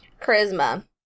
Charisma